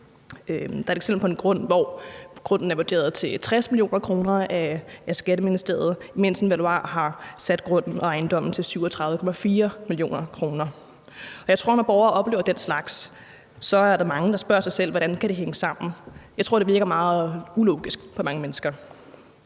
Der er et eksempel på en grund, hvor grunden er vurderet til 60 mio. kr. af Skatteministeriet, mens en valuar har sat grunden og ejendommen til 37,4 mio. kr. Jeg tror, at når borgere oplever den slags, er der mange, der spørger sig selv, hvordan det kan hænge sammen. Jeg tror, det virker meget ulogisk for mange mennesker.